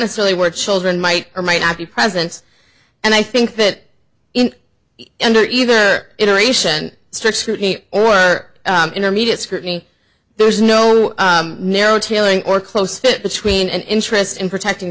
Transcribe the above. necessarily were children might or might not be present and i think that under either interation strict scrutiny or intermediate scrutiny there is no narrow tailoring or close fit between an interest in protecting